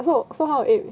eh so so how eh